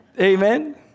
Amen